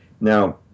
Now